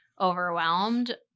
overwhelmed